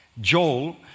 Joel